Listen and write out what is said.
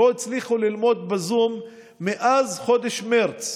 לא הצליחו ללמוד בזום מאז חודש מרץ.